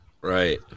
Right